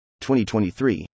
2023